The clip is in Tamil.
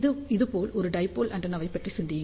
இது போல ஒரு டைபோல் ஆண்டெனாவைப் பற்றி சிந்தியுங்கள்